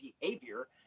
behavior